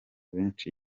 benshi